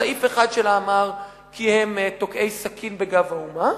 סעיף אחד שלה אמר כי הם תוקעי סכין בגב האומה,